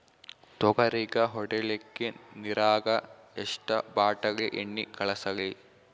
ತೊಗರಿಗ ಹೊಡಿಲಿಕ್ಕಿ ನಿರಾಗ ಎಷ್ಟ ಬಾಟಲಿ ಎಣ್ಣಿ ಕಳಸಲಿ?